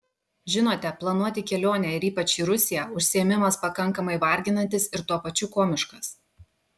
žinote planuoti kelionę ir ypač į rusiją užsiėmimas pakankamai varginantis ir tuo pačiu komiškas